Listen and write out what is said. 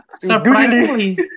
Surprisingly